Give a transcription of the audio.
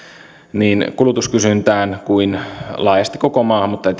niin kulutuskysyntään kuin laajasti koko maahan mutta